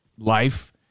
life